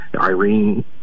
Irene